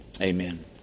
amen